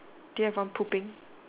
do you have one pooping